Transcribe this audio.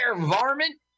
varmint